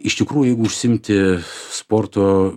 iš tikrųjų jeigu užsiimti sporto